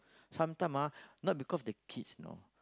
sometimes ah not because the kids know